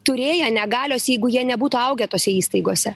turėję negalios jeigu jie nebūtų augę tose įstaigose